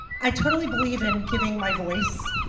i totally believe in giving my voice,